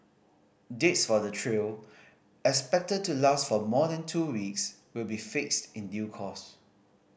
dates for the trial expected to last for more than two weeks will be fixed in due course